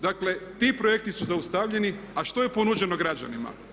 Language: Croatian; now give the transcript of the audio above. Dakle ti projekti su zaustavljeni a što je ponuđeno građanima?